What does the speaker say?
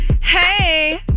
Hey